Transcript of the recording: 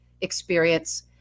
experience